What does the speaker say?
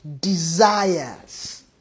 desires